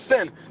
sin